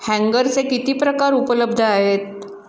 हँगरचे किती प्रकार उपलब्ध आहेत